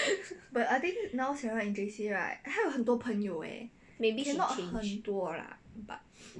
maybe she change